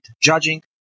judging